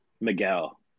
Miguel